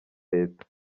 leta